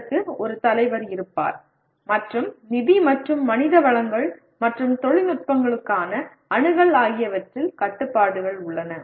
அதற்கு ஒரு தலைவர் இருப்பார் மற்றும் நிதி மற்றும் மனித வளங்கள் மற்றும் தொழில்நுட்பங்களுக்கான அணுகல் ஆகியவற்றில் கட்டுப்பாடுகள் உள்ளன